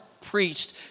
preached